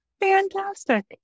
Fantastic